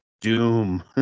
doom